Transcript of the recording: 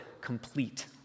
complete